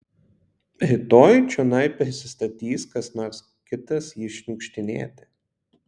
rytoj čionai prisistatys kas nors kitas jį šniukštinėti